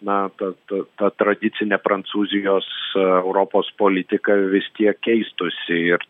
na ta ta ta tradicinė prancūzijos europos politika vis tiek keistųsi ir